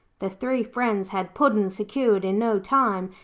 the three friends had puddin' secured in no time,